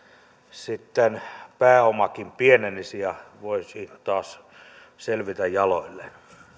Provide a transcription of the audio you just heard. sitten pääomakin pienenisi ja siitä voisi taas selvitä jaloilleen